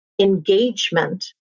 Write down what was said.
engagement